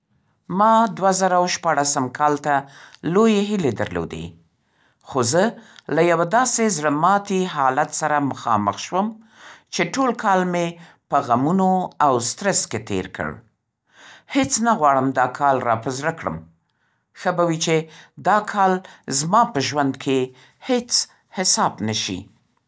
ما دوه زره او شپاړسم کال ته لویې هیلې درلودې. خو زه له یوه داسې زړه‌ماتي حالت سره مخامخ شوم چې ټول کال مې په غمونو او سترس کې تېر کړ. هېڅ نه غواړم دا کال را په زړه کړم. ښه به وي چې دا کال زما په ژوند کې هېڅ حساب نه شي.